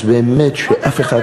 אז באמת שאף אחד,